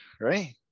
right